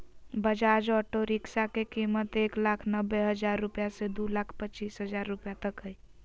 Bajaj auto rickshaw के कीमत एक लाख नब्बे हजार रुपया से दू लाख पचीस हजार रुपया तक हइ